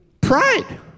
pride